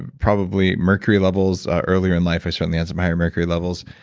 probably mercury levels earlier in life. i certainly had some higher mercury levels.